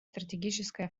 стратегической